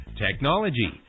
technology